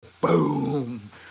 Boom